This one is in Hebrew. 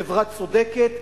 חברה צודקת,